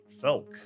Felk